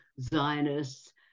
Zionists